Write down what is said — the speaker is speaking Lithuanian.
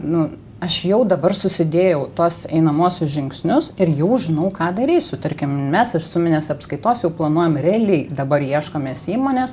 nu aš jau dabar susidėjau tuos einamuosius žingsnius ir jau žinau ką darysiu tarkim mes iš suminės apskaitos jau planuojam realiai dabar ieškomės įmonės